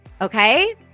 Okay